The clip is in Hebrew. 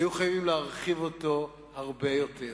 היו חייבים להרחיב אותו הרבה יותר.